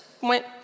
went